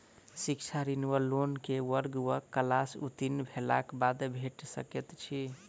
शिक्षा ऋण वा लोन केँ वर्ग वा क्लास उत्तीर्ण भेलाक बाद भेट सकैत छी?